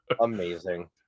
Amazing